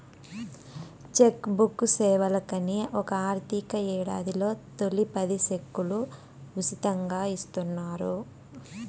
check book సేవలకని ఒక ఆర్థిక యేడాదిలో తొలి పది సెక్కులు ఉసితంగా ఇస్తున్నారు